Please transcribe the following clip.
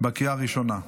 בקריאה ראשונה.